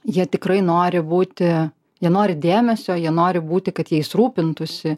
jie tikrai nori būti jie nori dėmesio jie nori būti kad jais rūpintųsi